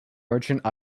merchant